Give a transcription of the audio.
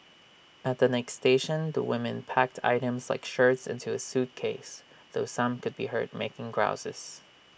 at the next station the women packed items like shirts into A suitcase though some could be heard making grouses